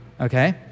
Okay